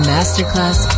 Masterclass